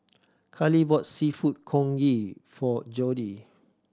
Kali bought Seafood Congee for Jody